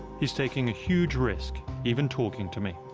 he's taking a huge risk even talking to me.